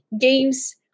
games